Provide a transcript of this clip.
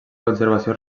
conservació